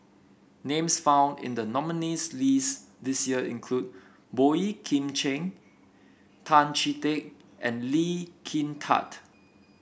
names found in the nominees list this year include Boey Kim Cheng Tan Chee Teck and Lee Kin Tat